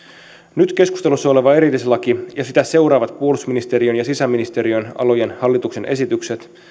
nyt keskustelussa oleva erillislaki ja sitä seuraavat puolustusministeriön ja sisäministeriön alojen hallituksen esitykset